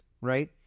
right